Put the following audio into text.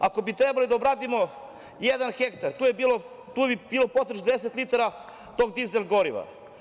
Ako bi trebali da obradimo jedan hektar, tu bi bilo potrebno 60 litara dizel griva.